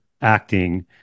acting